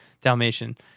Dalmatian